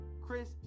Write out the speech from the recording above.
Chris